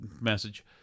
message